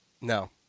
no